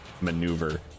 maneuver